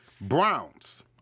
Browns